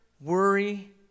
worry